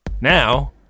Now